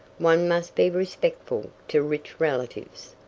one must be respectful to rich relatives.